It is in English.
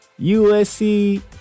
USC